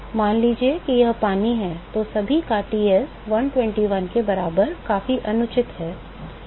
मान लीजिए कि यह पानी है तो सभी का Ts 121 के बराबर काफी अनुचित है